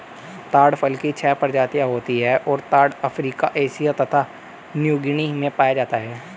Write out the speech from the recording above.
ताड़ फल की छह प्रजातियाँ होती हैं और ताड़ अफ्रीका एशिया तथा न्यूगीनी में पाया जाता है